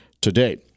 today